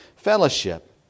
Fellowship